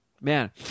man